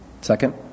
Second